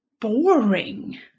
boring